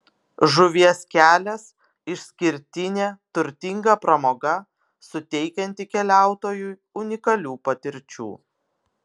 žuvies kelias išskirtinė turtinga pramoga suteikianti keliautojui unikalių patirčių